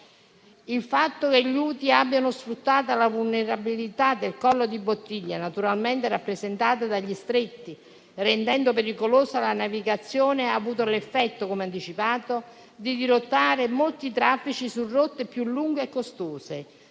Il fatto che gli Houthi abbiano sfruttato la vulnerabilità del collo di bottiglia naturalmente rappresentato dagli stretti, rendendo pericolosa la navigazione, ha avuto l'effetto, come anticipato, di dirottare molti traffici su rotte più lunghe e costose: